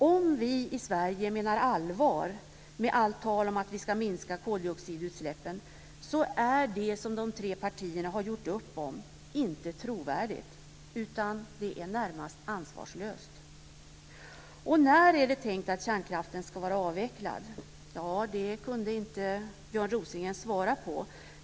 Om vi i Sverige menar allvar med allt tal om att vi ska minska koldioxidutsläppen är det som de tre partierna har gjort upp om inte trovärdigt utan närmast ansvarslöst. När är det tänkt att kärnkraften ska vara avvecklad? Det kunde Björn Rosengren inte svara på.